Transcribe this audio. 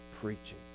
preaching